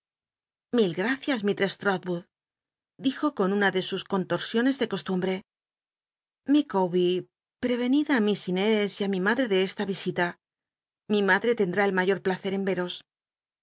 ilil gracias mistress l'rotwood dij o con una de sus contotsiones de costumbre micawber prcy cnid ú miss inés y á mi madre de esta visita mi madc tendni el mayo placet en yeros